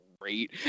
great